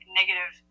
negative